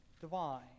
divine